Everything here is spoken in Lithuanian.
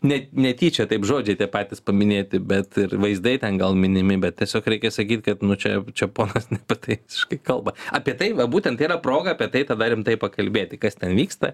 ne netyčia taip žodžiai tie patys paminėti bet ir vaizdai ten gal minimi bet tiesiog reikia sakyt kad nu čia čia ponas ne apie tai visiškai kalba apie tai va būtent tai yra proga apie tai tada rimtai pakalbėti kas ten vyksta